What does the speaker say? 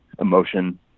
emotion